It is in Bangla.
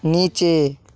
নিচে